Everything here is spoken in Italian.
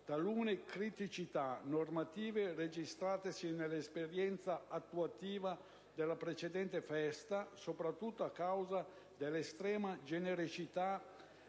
talune criticità normative registratesi nell'esperienza attuativa della precedente festa, soprattutto a causa dell'estrema genericità